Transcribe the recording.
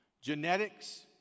Genetics